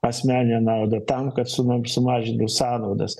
asmeninę naudą tam kad sumum sumažintų sąnaudas